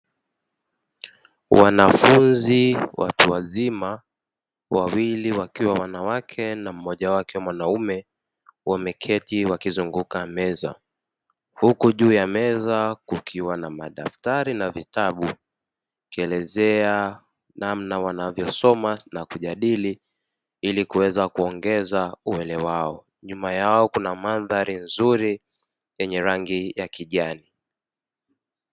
Wanafunzi watu wazima wawili wakiwa wanawake na mmoja wake mwanaume wameketi wakizunguka huku juu ya meza kukiwa na madaftari na vitabu akielezea namna wanavyosoma na kujadili ili kuweza kuongeza uelewa wao nyuma yao kuna mandhari nzuri yenye rangi ya kijani.